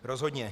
Rozhodně.